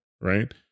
Right